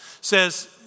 says